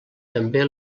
també